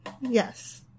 Yes